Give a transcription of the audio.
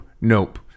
nope